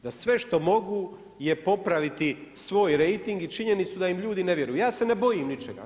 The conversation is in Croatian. Da sve što mogu je popraviti svoj rejting i činjenicu da im ljudi ne vjeruju, ja se ne bojim ničega.